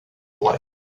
life